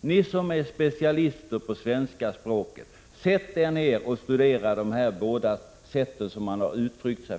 Ni som är specialister på svenska språket, sätt er ner och studera dessa båda sätt att uttrycka sig.